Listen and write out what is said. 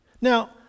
Now